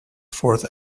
fourth